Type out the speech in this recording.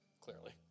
clearly